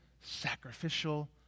sacrificial